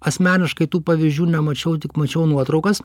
asmeniškai tų pavyzdžių nemačiau tik mačiau nuotraukas